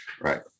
right